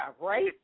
right